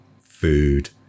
food